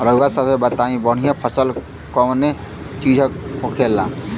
रउआ सभे बताई बढ़ियां फसल कवने चीज़क होखेला?